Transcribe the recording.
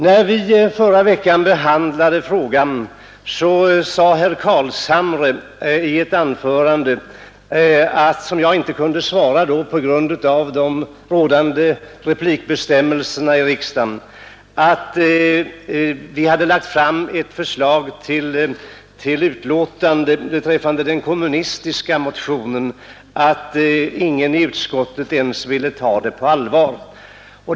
När vi förra veckan behandlade frågan, sade herr Carlshamre i ett anförande, som jag då inte kunde besvara på grund av rådande replikbestämmelser, att vi hade lagt fram ett förslag till betänkande beträffande den kommunistiska motionen trots att förslaget i motionen var sådant att ingen i utskottet ens ville ta det på allvar.